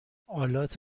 آلات